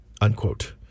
unquote